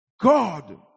God